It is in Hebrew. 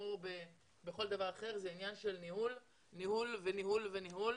כמו בכל דבר אחר זה עניין של ניהול וניהול וניהול.